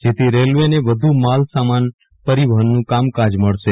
જેથી રેલ્વેને વધુ માલસામાન પરિવહનનું કામ કાજ મળશે